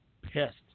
pissed